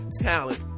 talent